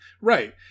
Right